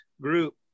group